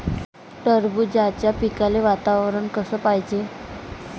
टरबूजाच्या पिकाले वातावरन कस पायजे?